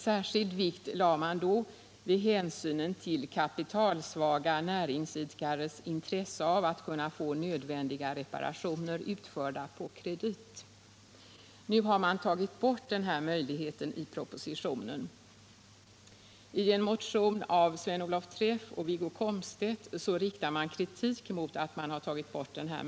Särskild vikt lade man då vid hänsynen till kapitalsvaga näringsidkares intresse av att kunna få nödvändiga reparationer utförda på kredit. Nu har man i propositionen tagit bort den möjligheten. I en motion av Sven-Olov Träff och Wiggo Komstedt riktas kritik mot att denna möjlighet har tagits bort.